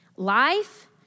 Life